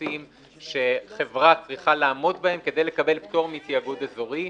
פיננסיים שחברה צריכה לעמוד בהם כדי לקבל פטור מתיאגוד אזורי.